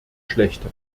schlechte